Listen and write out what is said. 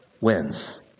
wins